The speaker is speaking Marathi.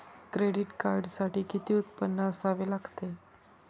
क्रेडिट कार्डसाठी किती उत्पन्न असावे लागते?